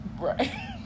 Right